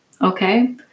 okay